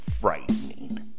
frightening